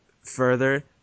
further